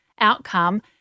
outcome